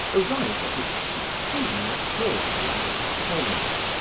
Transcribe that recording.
arrived at its supreme maturity under petronius,